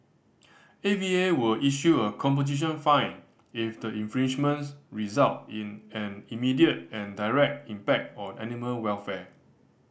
A V A will issue a composition fine if the infringements result in an immediate and direct impact on animal welfare